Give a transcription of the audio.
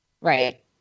Right